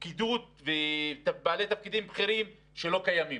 פקידות ובעלי תפקידים בכירים שלא קיימים,